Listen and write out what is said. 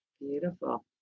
Beautiful